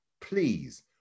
please